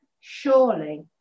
Surely